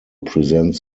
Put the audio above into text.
presents